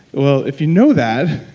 well if you know that,